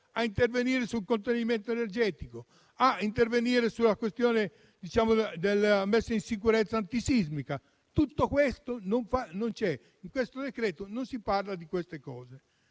a intervenire sul contenimento energetico, a intervenire sulla questione della messa in sicurezza antisismica. Tutto questo non c'è. In questo decreto-legge non si parla di queste cose.